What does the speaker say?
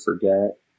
forget